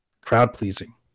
crowd-pleasing